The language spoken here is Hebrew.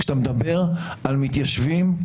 כשאתה מדבר על מתיישבים,